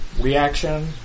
reaction